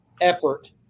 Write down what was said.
effort